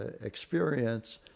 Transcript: experience